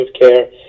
care